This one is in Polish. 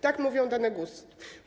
Tak mówią dane GUS.